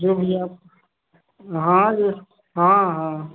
जो भी आप हाँ ये हाँ हाँ